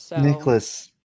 Nicholas